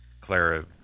Clara